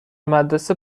مدرسه